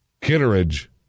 Kitteridge